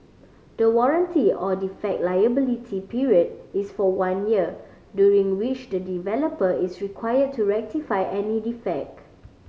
the warranty or defect liability period is for one year during which the developer is require to rectify any defect